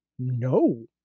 No